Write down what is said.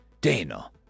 Dana